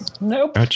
nope